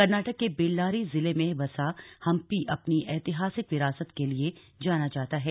कर्नाटक के बेल्लारी जिले में बसा हंपी अपनी ऐतिहासिक विरासत के लिए जाना जाता है